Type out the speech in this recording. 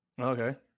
Okay